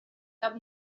cap